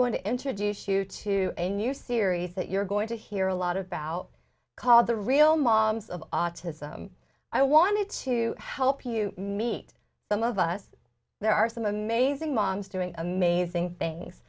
going to introduce you to a new series that you're going to hear a lot about called the real moms of autism i wanted to help you meet some of us there are some amazing moms doing amazing things